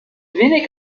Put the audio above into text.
wenig